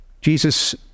Jesus